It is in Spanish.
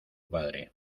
padre